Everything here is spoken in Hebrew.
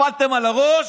נפלתם על הראש?